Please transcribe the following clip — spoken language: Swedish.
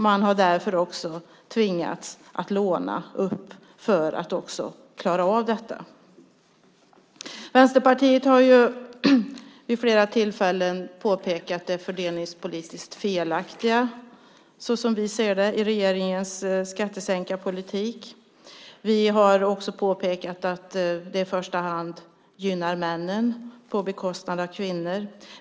Man har därför också tvingats att låna upp för att klara av det. Vänsterpartiet har vid flera tillfällen påpekat det fördelningspolitiskt felaktiga, som vi ser det, i regeringens skattesänkarpolitik. Vi har också påpekat att det i första hand gynnar männen på bekostnad av kvinnorna.